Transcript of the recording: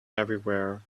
everywhere